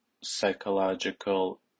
psychological